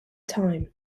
time